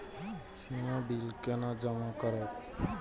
सीमा bill केना जमा करब?